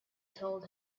told